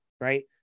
Right